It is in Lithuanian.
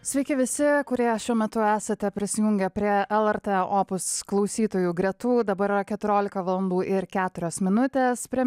sveiki visi kurie šiuo metu esate prisijungę prie lrt opus klausytojų gretų dabar yra keturiolika valandų ir keturios minutės prie